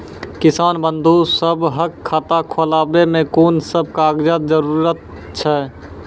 किसान बंधु सभहक खाता खोलाबै मे कून सभ कागजक जरूरत छै?